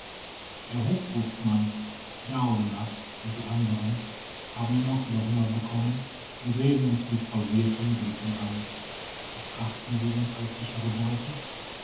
der hochbootsmann daoulas und die anderen haben nun auch wieder hunger bekommen und sehen uns mit verwirrten blicken an betrachten sie uns als sichere beute